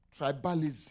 Tribalism